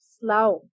slow